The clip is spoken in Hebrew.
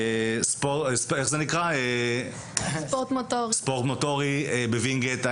ספורט מוטורי בוינגייט.